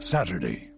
Saturday